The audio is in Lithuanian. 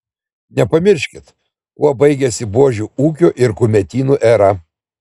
nepamirškit kuo baigėsi buožių ūkių ir kumetynų era